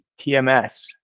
TMS